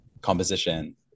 composition